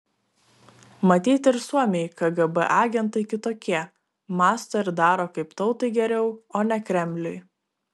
matyt ir suomiai kgb agentai kitokie mąsto ir daro kaip tautai geriau o ne kremliui